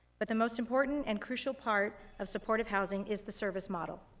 but the most important and crucial part of supportive housing is the service model.